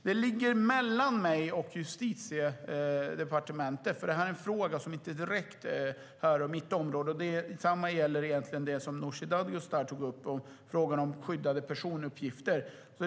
Det ligger mellan mig och Justitiedepartementet, för det är en fråga som inte direkt är mitt område. Detsamma gäller egentligen det som Nooshi Dadgostar tog upp, det vill säga frågan om skyddade personuppgifter.